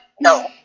No